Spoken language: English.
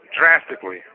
drastically